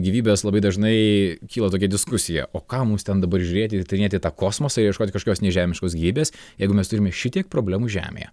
gyvybės labai dažnai kyla tokia diskusija o ką mums ten dabar žiūrėti ir tyrinėti tą kosmosą ieškoti kažkokios nežemiškos gyvybės jeigu mes turime šitiek problemų žemėje